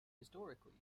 historically